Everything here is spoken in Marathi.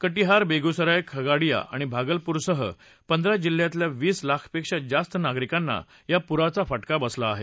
कटिहार बेगुसराय खगडीया आणि भागलपुरसह पंधरा जिल्ह्यातल्या वीस लाखपेक्षा जास्त नागरिकांना या पुराचा फटका बसला आहे